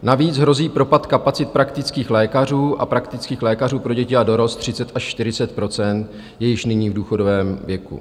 Navíc hrozí propad kapacit praktických lékařů a praktických lékařů pro děti a dorost, 30 až 40 % je již nyní v důchodovém věku.